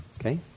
Okay